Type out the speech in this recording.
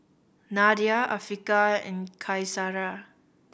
Nadia Afiqah and Qaisara